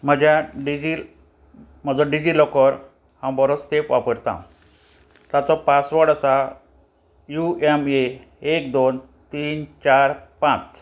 म्हज्या डिजील म्हजो डिजी लोकर हांव बरोच तेंप वापरतां ताचो पासवर्ड आसा यू एम ए एक दोन तीन चार पांच